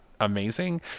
amazing